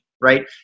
right